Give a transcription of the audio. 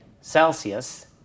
Celsius